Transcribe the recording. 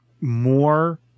more